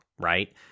right